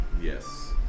Yes